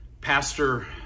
Pastor